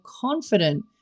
confident